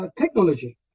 technology